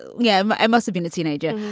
yeah. i must have been a teenager.